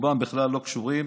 שרובם בכלל לא קשורים